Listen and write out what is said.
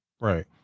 right